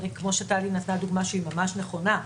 כמו שטלי נתנה דוגמה שהיא ממש נכונה: